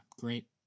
great